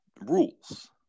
rules